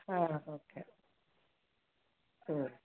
ಹಾಂ ಓಕೆ ಹ್ಞೂ